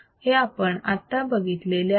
हे आपण आत्ता बघितलेले आहे